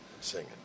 singing